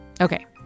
Okay